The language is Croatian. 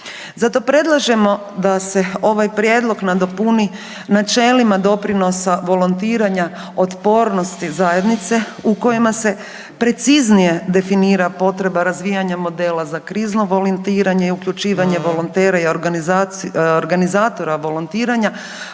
Zato predlažemo da se ovaj prijedlog nadopuni načelima doprinosa volontiranja otpornosti zajednice u kojima se preciznije definira potreba razvijanja modela za krizno volontiranje i uključivanje volontera i organizatora volontiranja